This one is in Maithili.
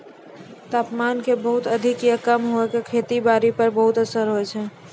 तापमान के बहुत अधिक या कम होय के खेती बारी पर बहुत असर होय छै